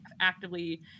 actively